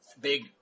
Big